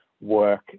work